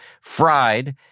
fried